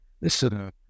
Listen